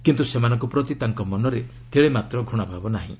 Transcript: କିନ୍ତୁ ସେମାନଙ୍କ ପ୍ରତି ତାଙ୍କ ମନରେ ତିଳେମାତ୍ର ଘୂଶାଭାବ ନାହିଁ